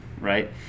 right